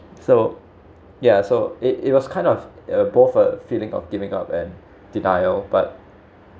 so ya so it it was kind of uh both a feeling of giving up and denial but